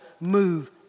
move